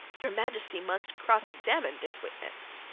your majesty must cross-examine this witness